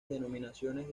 denominaciones